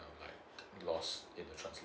um like lost in the